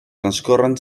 transcorren